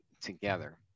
together